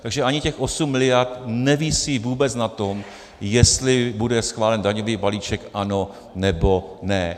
Takže ani těch 8 miliard nevisí vůbec na tom, jestli bude schválen daňový balíček ano, nebo ne.